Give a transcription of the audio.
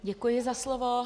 Děkuji za slovo.